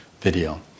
video